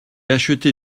acheté